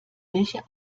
welche